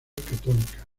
católica